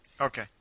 Okay